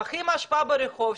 פחי אשפה ברחוב,